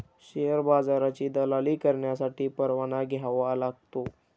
share बाजाराची दलाली करण्यासाठी परवाना घ्यावा लागतो